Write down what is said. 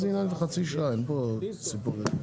מה שאתה שומע.